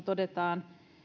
todetaan